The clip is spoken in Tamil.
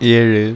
ஏழு